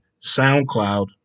SoundCloud